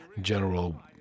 general